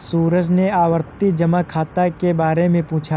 सूरज ने आवर्ती जमा खाता के बारे में पूछा